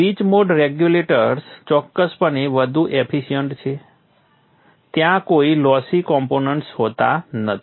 switch mode regulators ચોક્કસપણે વધુ efficient છે ત્યાં કોઈ લોસી કોમ્પોનન્ટ્સ હોતા નથી